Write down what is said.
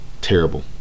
terrible